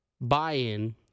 buy-in